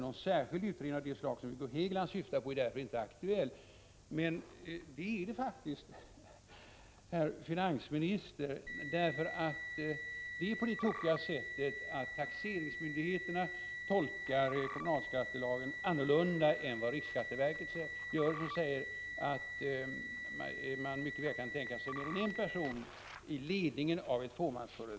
Någon särskild utredning av det slag Hugo Hegeland syftar på är därför inte aktuell.” Men det är den faktiskt, herr finansminister. Det är i dag på det tokiga sättet att taxeringsmyndigheterna tolkar kommunalskattelagen annorlunda än vad riksskatteverket gör. Riksskatteverket kan mycket väl tänka sig mer än en person i ledningen av ett fåmansbolag.